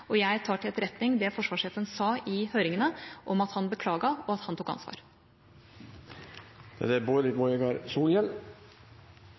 og jeg tar til etterretning det forsvarssjefen sa i høringene om at han beklaget og tok ansvar.